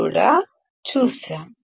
మనం చూశాము మరియు అర్థం చేసుకున్నాము